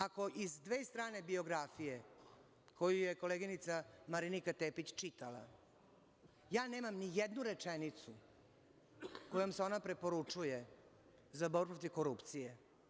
Ako iz dve strane biografije koju je koleginica Marinika Tepić čitala, ja nemam nijednu rečenicu kojom se ona preporučuju za borbu protiv korupcije.